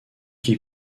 qui